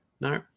No